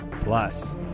Plus